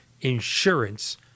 insurance